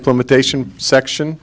implementation section